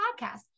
podcast